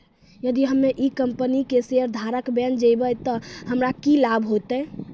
यदि हम्मै ई कंपनी के शेयरधारक बैन जैबै तअ हमरा की लाभ होतै